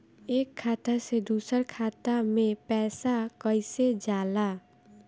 एक खाता से दूसर खाता मे पैसा कईसे जाला?